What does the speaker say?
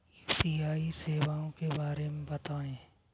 UPI सेवाओं के बारे में बताएँ?